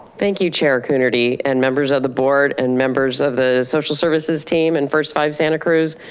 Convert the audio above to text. thank you chair coonerty and members of the board and members of the social services team and first five santa cruz.